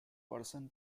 person